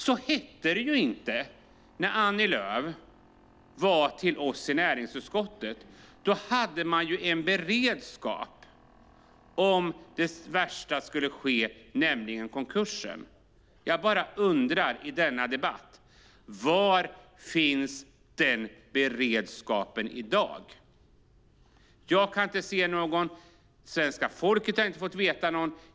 Så hette det inte när Annie Lööf var hos oss i näringsutskottet. Då sade man sig ha en beredskap om det värsta skulle ske, nämligen konkursen. Jag bara undrar i denna debatt: Var finns den beredskapen i dag? Jag kan inte se någon. Svenska folket har inte fått veta något.